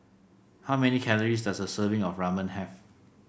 how many calories does a serving of Ramen have